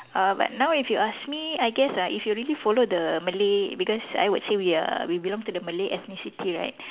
uh but now if you ask me I guess uh if you really follow the Malay because I would say we are we belong to the Malay ethnicity right